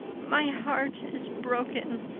my heart is broken.